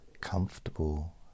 comfortable